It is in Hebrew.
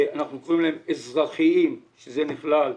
אנחנו קוראים להם אזרחיים, שזה נכלל,